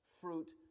fruit